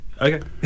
Okay